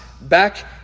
back